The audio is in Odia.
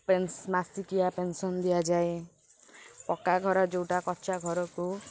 ମାସିକିଆ ପେନ୍ସନ୍ ଦିଆଯାଏ ପକ୍କା ଘର ଯୋଉଟା କଞ୍ଚା ଘରକୁ